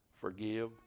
forgive